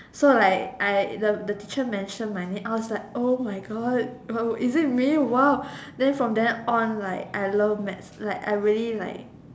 so like I I the the teacher mentioned my name I was like oh my god but is it me !wow! then from then on right I love maths like I really like